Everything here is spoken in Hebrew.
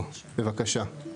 בבקשה.